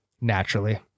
naturally